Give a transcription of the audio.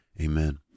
Amen